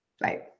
Right